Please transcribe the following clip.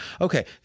Okay